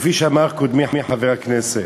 כפי שאמר קודמי חבר הכנסת,